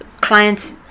clients